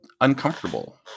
uncomfortable